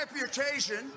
reputation